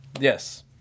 Yes